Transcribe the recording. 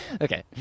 Okay